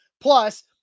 plus